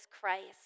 Christ